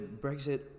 Brexit